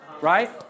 Right